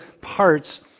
parts